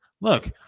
Look